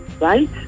Right